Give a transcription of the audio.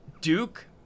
duke